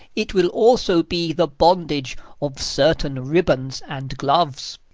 it will also be the bondage of certain ribbons and gloves.